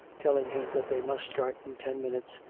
telling him that they must start in ten minutes,